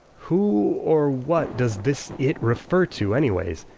who or what does this it refer to anyways?